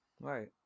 right